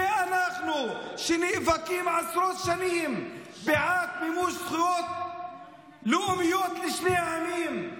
זה אנחנו שנאבקים עשרות שנים בעד מימוש זכויות לאומיות לשני העמים,